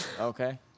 Okay